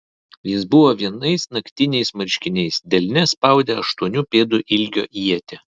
jis buvo vienais naktiniais marškiniais delne spaudė aštuonių pėdų ilgio ietį